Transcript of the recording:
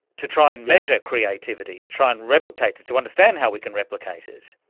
to try and measure creativity, to try and replicate it, to understand how we can replicate it.